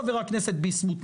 חבר הכנסת ביסמוט,